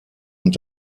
und